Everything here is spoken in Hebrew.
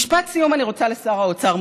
משפט סיום אני רוצה לשר האוצר,